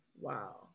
Wow